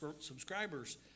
subscribers